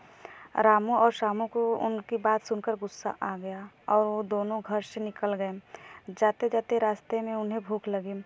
रामू और श्यामू को उनकी बात सुनकर गुस्सा आ गया और वे दोनों घर से निकल गए जाते जाते रास्ते में उन्हें भूख लगी